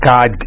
God